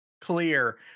clear